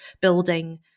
building